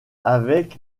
avec